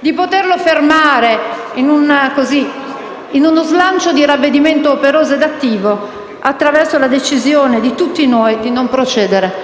di poterlo fermare, in uno slancio di ravvedimento operoso ed attivo, attraverso la decisione di tutti noi di non procedere